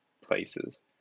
places